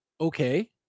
okay